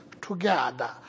together